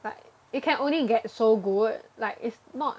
but it can only get so good like it's not